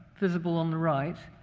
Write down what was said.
visible on the right,